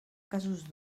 casos